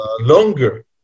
longer